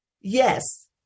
yes